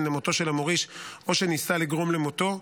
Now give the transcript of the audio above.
למותו של המוריש או שניסה לגרום למותו,